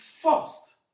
first